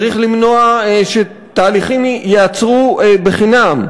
צריך למנוע שתהליכים ייעצרו לחינם.